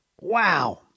wow